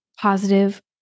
positive